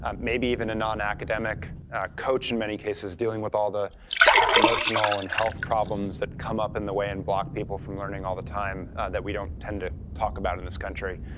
um maybe even a non-academic coach in many cases dealing with all the emotional and health problems that come up in the way and block people from learning all the time that we don't tend to talk about in this country.